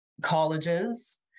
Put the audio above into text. colleges